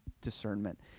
discernment